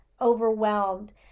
overwhelmed